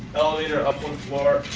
elevator up one floor